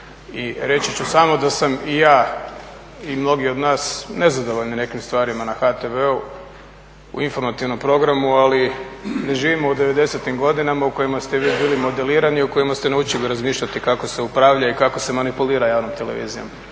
i reći ću samo da sam i ja i mnogi od nas nezadovoljni nekim stvarima na HTV-u u informativnom programu ali ne živimo u '90.-tim godinama u kojima ste vi bili modelirani, u kojima ste naučili razmišljati kako se upravlja i kako se manipulira javnom televizijom.